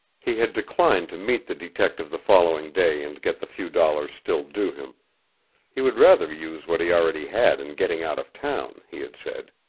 he had declined to meet the detective the following day and get the few dollars still due him he would rather use what he already had in getting out of town, he had said.